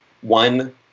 one